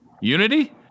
Unity